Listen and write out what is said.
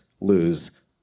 lose